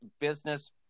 business